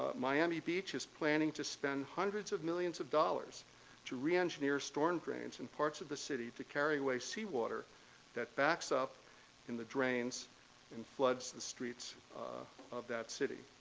miami beach is planning to spend hundreds of millions of dollars to reengineer storm drains in parts of the city to carry away sea water that backs up in the drains and floods the streets of that city.